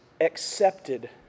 accepted